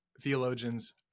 theologians